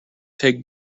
take